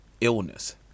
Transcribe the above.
illness